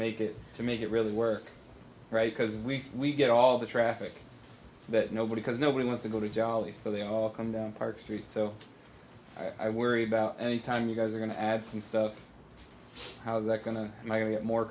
make it to make it really work right because we we get all the traffic that nobody because nobody wants to go to jolly so they all come down park street so i worry about any time you guys are going to add some stuff how's that going to get more